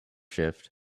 shift